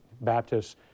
Baptists